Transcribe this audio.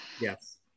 yes